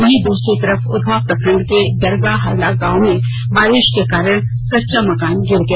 वहीं दूसरी तरफ उधवा प्रखंड के दरगाहडांगा गांव में बारिश के कारण कच्चा मकान गिर गया